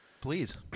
Please